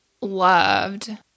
loved